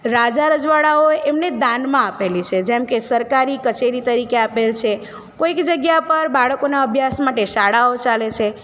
રાજ્ય રાજવડાઓ એમને દાનમાં આપેલી છે જેમ કે સરકારી કચેરી તરીકે આપેલ છે કોઈક જગ્યા પર બાળકોના અભ્યાસ માટે શાળાઓ ચાલે છે